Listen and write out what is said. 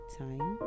time